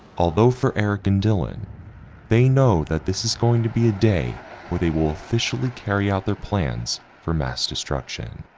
although for eric and dylan they know that this is going to be a day where they will officially carry out their plans for mass destruction.